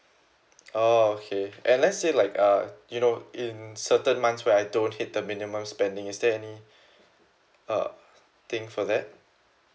oh okay and let's say like uh you know in certain months where I don't hit the minimum spending is there any uh thing for that